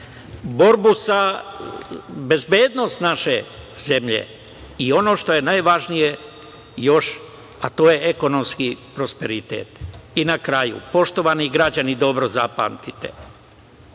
borbu za bezbednost naše zemlje. Ono što je najvažnije, a to je ekonomski prosperitet. Na kraju, poštovani građani, dobro zapamtite,